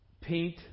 paint